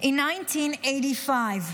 In 1985,